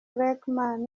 luqman